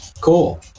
Cool